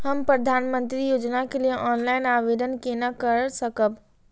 हम प्रधानमंत्री योजना के लिए ऑनलाइन आवेदन केना कर सकब?